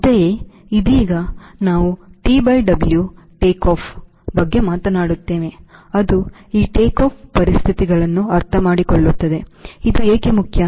ಅಂತೆಯೇ ಇದೀಗ ನಾವು TWಟೇಕ್ ಆಫ್ ಬಗ್ಗೆ ಮಾತನಾಡುತ್ತೇವೆ ಅದು ಈ ಟೇಕ್ಆಫ್ ಪರಿಸ್ಥಿತಿಗಳನ್ನು ಅರ್ಥಮಾಡಿಕೊಳ್ಳುತ್ತದೆ ಇದು ಏಕೆ ಮುಖ್ಯ